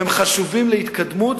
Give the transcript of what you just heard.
והם חשובים להתקדמות,